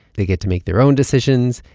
they get to make their own decisions,